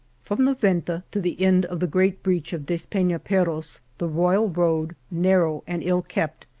from the venta to the end of the great breach of despenaperros the royal road, narrow and ill-kept,